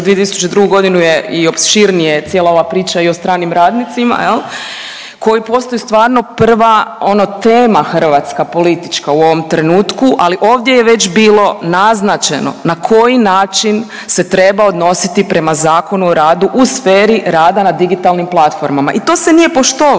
za 2002.g. je i opširnije cijela ova priča i o stranim radnicima jel koji postaju stvarno prva ono tema hrvatska politička u ovom trenutku, ali ovdje je već bilo naznačeno na koji način se treba odnositi prema Zakonu o radu u sferi rada na digitalnim platformama i to se nije poštovalo,